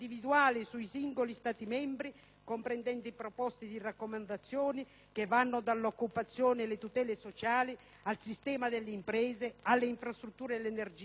comprendenti proposte di raccomandazioni, che vanno dall'occupazione alle tutele sociali, al sistema delle imprese, alle infrastrutture ed energia, alla ricerca ed innovazione.